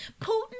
Putin